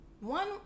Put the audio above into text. one